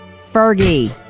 Fergie